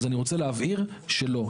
אני רוצה להבהיר שלא.